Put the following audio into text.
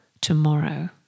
tomorrow